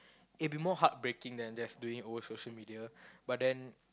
it'll be more heartbreaking than just doing it over social media but then